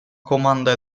comanda